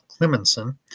Clemenson